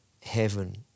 heaven